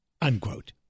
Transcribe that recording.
unquote